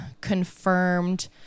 confirmed